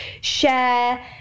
share